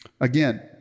again